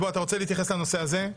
אתה הרוצה להתייחס לנושא הזה?